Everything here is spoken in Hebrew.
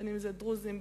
בין דרוזים,